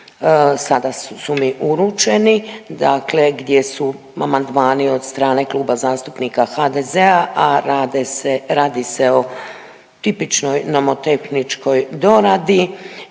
sada su mi uručeni, dakle, gdje su amandmani od strane Kluba zastupnika HDZ-a, a rade se, radi se o tipičnoj nomotehničkoj doradi